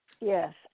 Yes